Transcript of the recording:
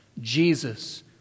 Jesus